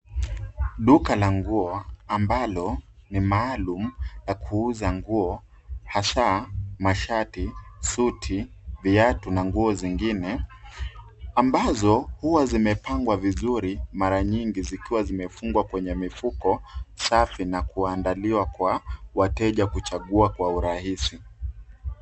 Duka la nguo ambalo ni maalum la kuuza nguo hasa mashati, suti, viatu na nguo zingine ambazo huwa zimepangwa vizuri mara nyingi zikiwa zimefungwa kwenye mifuko safi na kuandaliwa kwa wateja kuchagua kwa urahisi.